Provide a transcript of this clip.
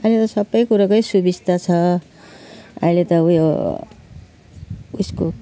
अहिले त सबै कुरोकै सुबिस्ता छ अहिले त उयो ऊ यसको